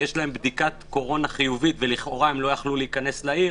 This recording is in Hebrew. שיש להם בדיקת קורונה חיובית ולכאורה לא יכלו להיכנס לעיר